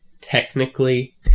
technically